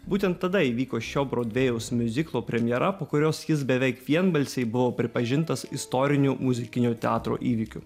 būtent tada įvyko šio brodvėjaus miuziklo premjera po kurios jis beveik vienbalsiai buvo pripažintas istoriniu muzikinio teatro įvykių